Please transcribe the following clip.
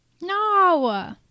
No